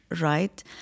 right